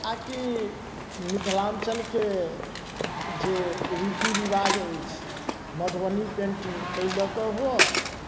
आओर कि मिथिलाञ्चलके जे रीति रिवाज अछि मधुबनी पेंटिंग तै लऽ कऽ हुअ